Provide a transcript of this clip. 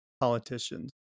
politicians